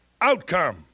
outcome